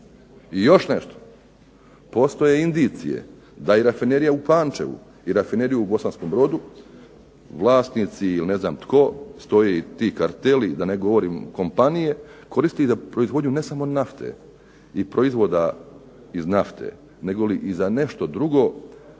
I još nešto, postoje indicije da i rafinerija u Pančevu i rafinerija u Bosanskom Brodu, vlasnici ili ne znam tko, stoji i ti karteli da ne govorim kompanije, koristi za proizvodnju ne samo nafte i proizvoda iz nafte negoli i za nešto drugo